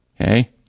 Okay